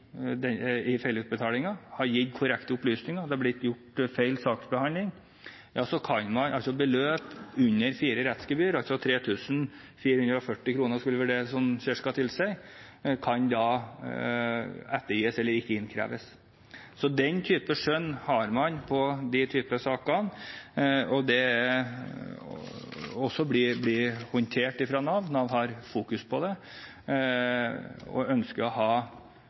har blitt gjort feil i saksbehandlingen. Her kan da beløp under fire rettsgebyr – det skulle vel tilsi ca. 3 440 kr – ettergis eller ikke innkreves. Så den type skjønn har man i de typer saker, og det blir også håndtert av Nav. Nav har fokus på det og ønsker å